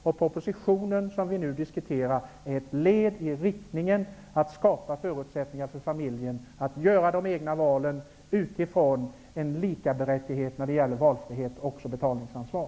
Den proposition som vi nu diskuterar är ett led i riktningen att skapa förutsättningar för familjen att göra sina egna val utifrån ett likaberättigande när det gäller valfrihet och betalningsansvar.